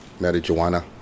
Marijuana